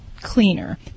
Cleaner